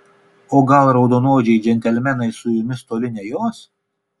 o gal raudonodžiai džentelmenai su jumis toli nejos